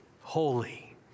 holy